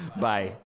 Bye